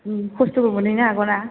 खस्त'बो मोनहैनो हागौना